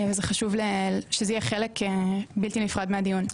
וחשוב שזה יהיה חלק בלתי נפרד מהדיון.